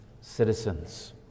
citizens